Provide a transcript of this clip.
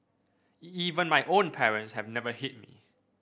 even my own parents have never hit me